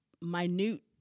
minute